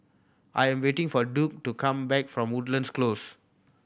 I am waiting for Duke to come back from Woodlands Close